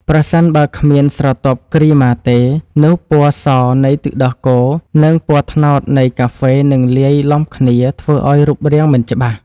ប្រសិនបើគ្មានស្រទាប់គ្រីម៉ាទេ នោះពណ៌សនៃទឹកដោះគោ និងពណ៌ត្នោតនៃកាហ្វេនឹងលាយឡំគ្នាធ្វើឱ្យរូបរាងមិនច្បាស់។